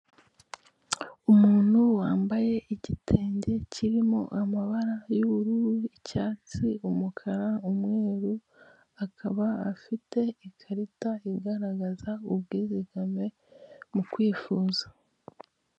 Umuntu wambaye igitenge kirimo amabara y'ubururu, icyatsi, umukara, umweru, akaba afite ikarita igaragaza ubwizigame mu kwifuza.